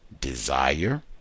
desire